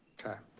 okay.